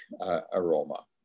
aroma